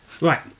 Right